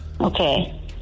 Okay